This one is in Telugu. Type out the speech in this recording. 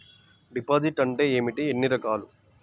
డిపాజిట్ అంటే ఏమిటీ ఎన్ని రకాలు?